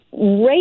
rate